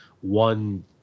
one